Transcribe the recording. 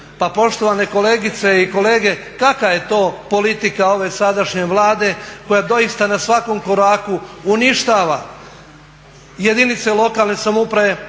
Pa poštovane kolegice i kolege kakva je to politika ove sadašnje Vlade koja doista na svakom koraku uništava jedinice lokalne samouprave,